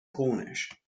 cornish